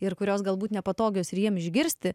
ir kurios galbūt nepatogios ir jiem išgirsti